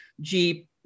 Jeep